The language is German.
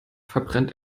verbrennt